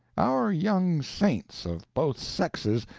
our young saints, of both sexes,